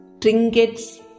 trinkets